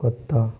कुत्ता